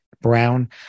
Brown